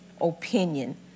opinion